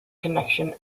connection